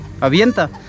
avienta